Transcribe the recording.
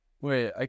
Wait